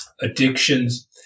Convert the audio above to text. addictions